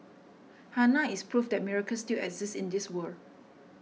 Hannah is proof that miracles still exist in this world